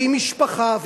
והיא משפחה,